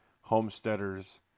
homesteaders